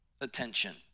attention